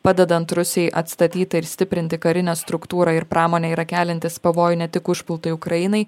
padedant rusijai atstatyti ir stiprinti karinę struktūrą ir pramonę yra keliantys pavojų ne tik užpultai ukrainai